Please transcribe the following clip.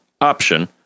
Option